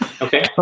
Okay